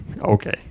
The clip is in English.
okay